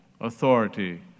authority